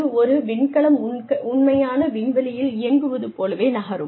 அது ஒரு விண்கலம் உண்மையான விண்வெளியில் இயங்குவது போலவே நகரும்